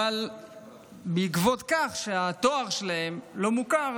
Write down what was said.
אבל בעקבות זאת שהתואר שלהם לא מוכר,